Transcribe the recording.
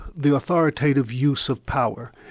the authoritative use of power,